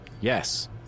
Yes